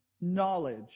knowledge